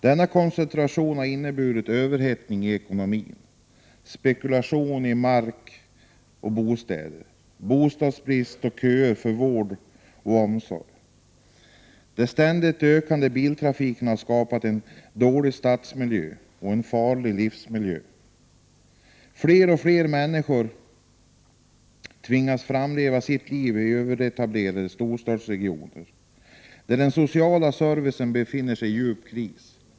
Denna koncentration har inneburit överhettning i ekonomin, spekulation i mark och bostäder, bostadsbrist och köer för vård och omsorg. Den ständigt ökande biltrafiken har skapat en dålig stadsmiljö och en farlig livsmiljö. Fler och fler människor tvingas framleva sitt liv i överetablerade storstadsregioner, där den sociala servicen befinner sig i djup kris.